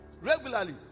Regularly